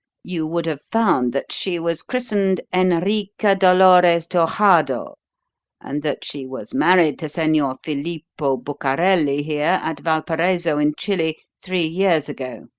you would have found that she was christened enriqua dolores torjado, and that she was married to senor filippo bucarelli here, at valparaiso, in chili, three years ago,